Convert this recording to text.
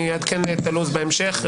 אני אעדכן את הלו"ז בהמשך.